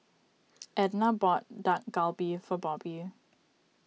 Edna bought Dak Galbi for Bobbi